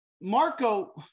Marco